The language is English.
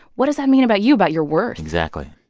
what does that mean about you, about your worth? exactly.